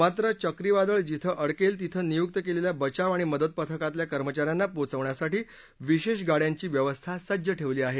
मात्र चक्रीवादळ जिथं अडकेल तिथं नियुक्त केलेल्या बचाव आणि मदत पथकातल्या कर्मचाऱ्यांना पोचवण्यासाठी विशेष गाडयांची व्यवस्था सज्ज ठेवली आहे